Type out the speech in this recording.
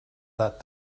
that